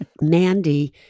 Mandy